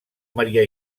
maria